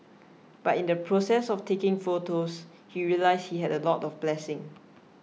but in the process of taking photos he realised he had a lot of blessings